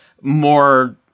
more